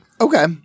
Okay